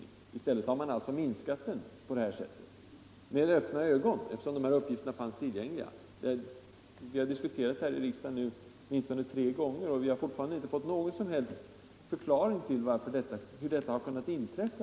Men i stället har man alltså minskat denna rådgivning — och detta med öppna ögon, eftersom uppgifterna fanns tillgängliga! Vi har här i riksdagen åtminstone tre gånger diskuterat dessa frågor, men vi har fortfarande inte fått någon förklaring på hur detta över huvud taget har kunnat inträffa.